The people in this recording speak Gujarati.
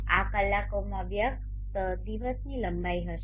આ કલાકોમાં વ્યક્ત દિવસની લંબાઈ હશે